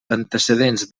antecedents